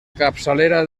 capçalera